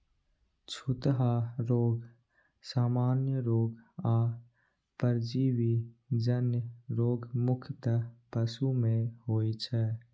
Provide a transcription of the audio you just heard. छूतहा रोग, सामान्य रोग आ परजीवी जन्य रोग मुख्यतः पशु मे होइ छै